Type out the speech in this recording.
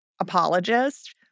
apologist